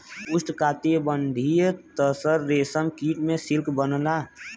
उष्णकटिबंधीय तसर रेशम कीट से सिल्क बनला